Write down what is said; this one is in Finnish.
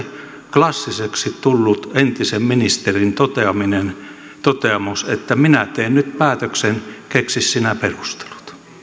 klassiseksi tullut entisen ministerin toteamus että minä teen nyt päätöksen keksi sinä perustelut